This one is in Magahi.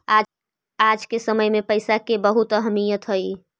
आज के समय में पईसा के बहुत अहमीयत हई